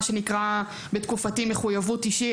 מה שנקרא בתקופתי מחויבות אישית,